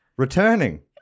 Returning